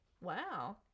wow